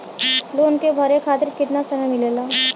Loan के भरे खातिर कितना समय मिलेला?